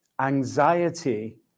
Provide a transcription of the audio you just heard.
anxiety